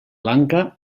lanka